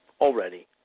already